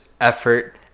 effort